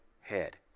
head